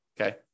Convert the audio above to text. okay